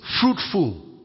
fruitful